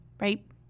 right